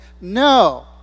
no